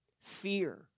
fear